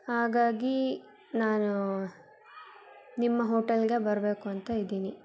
ಹಾಗಾಗಿ ನಾನು ನಿಮ್ಮ ಹೋಟೆಲ್ಗೆ ಬರಬೇಕು ಅಂತ ಇದ್ದೀನಿ